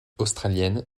australienne